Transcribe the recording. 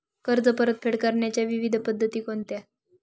कर्ज परतफेड करण्याच्या विविध पद्धती कोणत्या?